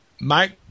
Mike